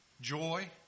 joy